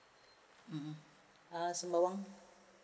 mmhmm ah sembawang